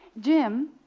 Jim